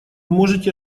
можете